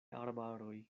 arbaroj